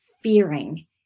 fearing